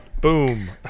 Boom